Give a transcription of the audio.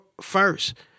first